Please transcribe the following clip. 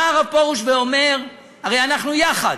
בא הרב פרוש ואומר: הרי אנחנו יחד.